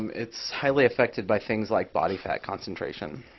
it's highly affected by things like body fat concentration.